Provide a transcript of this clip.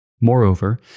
Moreover